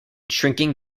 shrinking